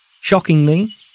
Shockingly